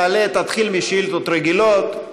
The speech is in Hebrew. תעלה, תתחיל משאילתות רגילות.